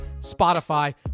Spotify